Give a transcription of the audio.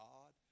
God